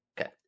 Okay